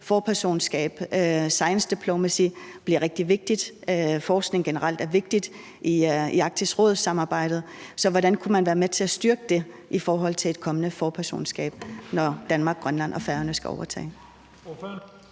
Arktisk Råd. Science diplomacy bliver rigtig vigtigt. Forskning er generelt vigtigt i Arktisk Råd-samarbejdet. Så hvordan kunne man være med til at styrke det i forhold til et kommende forpersonskab, når Danmark, Grønland og Færøerne skal overtage?